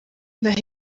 naho